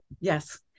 Yes